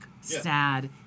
sad